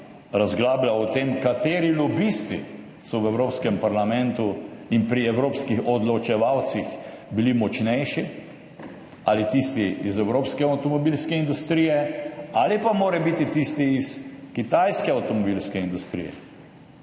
razglabljal o tem, kateri lobisti so v Evropskem parlamentu in pri evropskih odločevalcih bili močnejši, ali tisti iz evropske avtomobilske industrije ali pa morebiti tisti iz kitajske avtomobilske industrije,